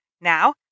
Now